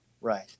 Right